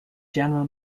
general